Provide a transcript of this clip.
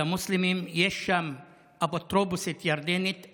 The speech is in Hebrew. למוסלמים יש שם אפוטרופוסית ירדנית,